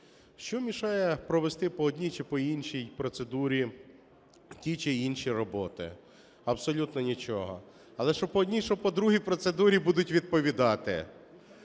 Що мішає провести по одній чи по іншій процедурі ті чи інші роботи? Абсолютно нічого. Але що по одній, що по другій процедурі будуть відповідати.